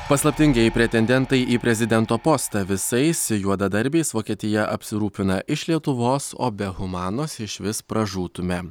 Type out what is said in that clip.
paslaptingieji pretendentai į prezidento postą visais juodadarbiais vokietija apsirūpina iš lietuvos o be humanos išvis pražūtume